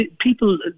people